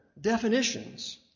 definitions